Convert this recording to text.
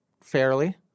fairly